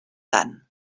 tant